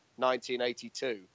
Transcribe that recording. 1982